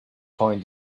point